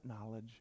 knowledge